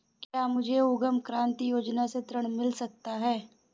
क्या मुझे उद्यम क्रांति योजना से ऋण मिल सकता है?